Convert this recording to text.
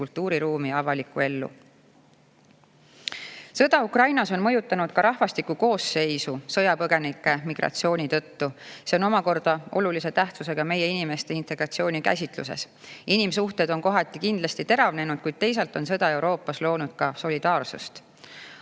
kultuuriruumi ja avalikku ellu. Sõda Ukrainas on mõjutanud ka rahvastiku koosseisu sõjapõgenike migratsiooni tõttu. See on omakorda olulise tähtsusega meie inimeste integratsioonikäsitluses. Inimsuhted on kohati kindlasti teravnenud, kuid teisalt on sõda Euroopas loonud ka solidaarsust.